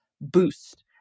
boost